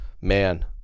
Man